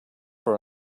for